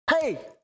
Hey